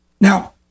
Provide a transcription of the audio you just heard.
now